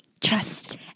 trust